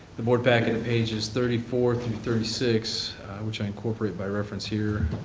the board packet, pages thirty four through thirty six which i incorporate by reference here.